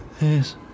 Yes